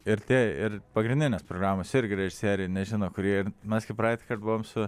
ir tie ir pagrindinės programos irgi režisieriai nežino kurie mes kai praeitą kartą buvom su